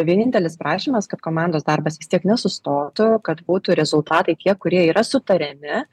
vienintelis prašymas kad komandos darbas vis tiek nesustotų kad būtų rezultatai tie kurie yra sutariami